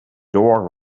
door